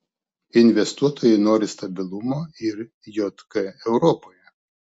investuotojai nori stabilumo ir jk europoje